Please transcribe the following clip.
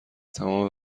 تمام